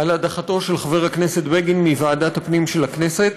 על הדחתו של חבר הכנסת בגין מוועדת הפנים של הכנסת.